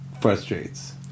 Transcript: frustrates